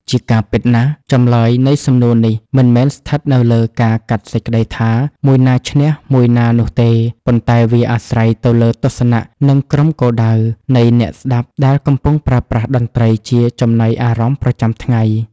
ជាការពិតណាស់ ចម្លើយនៃសំណួរនេះមិនមែនស្ថិតនៅលើការកាត់សេចក្តីថា មួយណាឈ្នះមួយណានោះទេ ប៉ុន្តែវាអាស្រ័យទៅលើ ទស្សនៈ និង ក្រុមគោលដៅ នៃអ្នកស្ដាប់ដែលកំពុងប្រើប្រាស់តន្ត្រីជាចំណីអារម្មណ៍ប្រចាំថ្ងៃ។